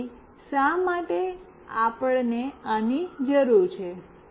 તેથી શા માટે આપણે આની જરૂર છે